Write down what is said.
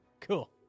cool